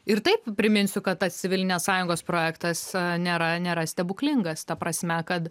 ir taip priminsiu kad tas civilinės sąjungos projektas nėra nėra stebuklingas ta prasme kad